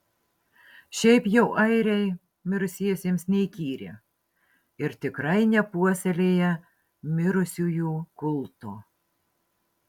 šiaip jau airiai mirusiesiems neįkyri ir tikrai nepuoselėja mirusiųjų kulto